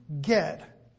get